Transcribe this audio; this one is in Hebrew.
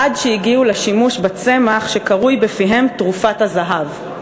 עד שהגיעו לשימוש בצמח הקרוי בפיהם "תרופת הזהב".